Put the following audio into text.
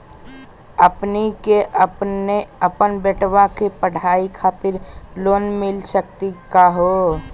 हमनी के अपन बेटवा के पढाई खातीर लोन मिली सकली का हो?